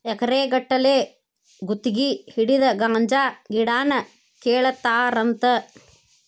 ಎಕರೆ ಗಟ್ಟಲೆ ಗುತಗಿ ಹಿಡದ ಗಾಂಜಾ ಗಿಡಾನ ಕೇಳತಾರಂತ